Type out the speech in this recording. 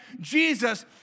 Jesus